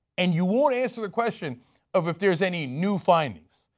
and you won't answer the question of if there is any new findings.